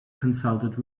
consulted